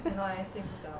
cannot eh 睡不着